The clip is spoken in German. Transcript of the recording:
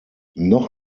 noch